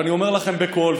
ואני אומר לכם בקול,